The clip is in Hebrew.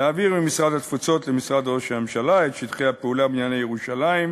להעביר ממשרד התפוצות למשרד ראש הממשלה את שטחי הפעולה בענייני ירושלים,